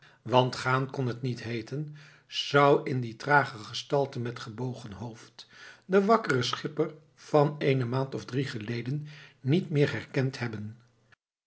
want gaan kon het niet heeten zou in die trage gestalte met gebogen hoofd den wakkeren schipper van eene maand of drie geleden niet meer herkend hebben